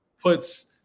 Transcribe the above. puts